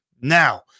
now